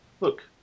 look